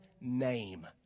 name